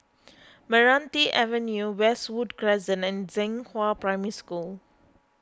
Meranti Avenue Westwood Crescent and Zhenghua Primary School